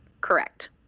Correct